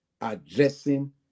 addressing